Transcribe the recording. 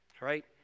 right